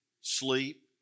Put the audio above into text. sleep